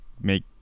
make